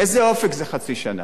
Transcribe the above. איזה אופק זה חצי שנה?